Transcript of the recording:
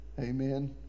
Amen